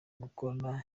gukora